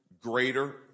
greater